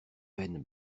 veines